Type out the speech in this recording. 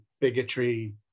bigotry